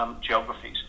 Geographies